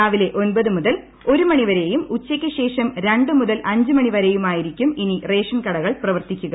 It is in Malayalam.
രാവിലെ ഒൻപത് മുതൽ ഒരു മണിവരെയും ഉച്ചക്ക് ശേഷം രണ്ട് മുതീൽ അഞ്ചുമണി വരെയുമായിരിക്കും ഇനി റേഷൻകടകൾ പ്രവർത്തിക്കുക